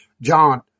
John